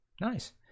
Nice